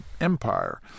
empire